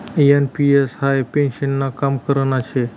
NPS हाई पेन्शननं काम करान शे